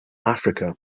africa